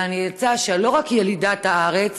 ואני אמצא שאני לא רק ילידת הארץ,